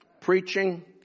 preaching